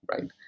Right